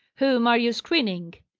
whom are you screening?